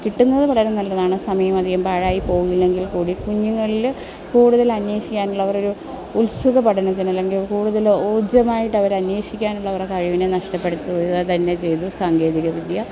കിട്ടുന്നത് വളരെ നല്ലതാണ് സമയം അധികം പാഴായി പോകില്ലെങ്കിൽ കൂടി കുഞ്ഞുങ്ങളിൽ കൂടുതൽ അന്വേഷിക്കാനുള്ളഅവരെ ഒരു ഉത്സുകപഠനത്തിന് അല്ലെങ്കിൽ കൂടുതൽ ഊജമായിട്ട് അവർ അന്വേഷിക്കാനുള്ള അവരെ കഴിവിനെ നഷ്ടപ്പെടുത്തുക തന്നെ ചെയ്തു സാങ്കേതികവിദ്യ